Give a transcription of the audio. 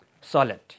Solid